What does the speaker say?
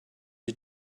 you